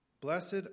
Blessed